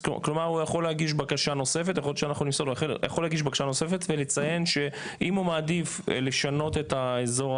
כלומר הוא יכול להגיש בקשה נוספת ולציין שאם הוא מעדיף לשנות את האזור